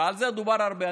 ועל זה דובר הרבה.